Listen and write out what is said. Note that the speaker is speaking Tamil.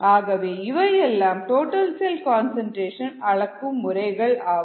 ஆகவே இவையெல்லாம் டோட்டல் செல் கன்சன்ட்ரேஷன் அளக்கும் முறைகள் ஆகும்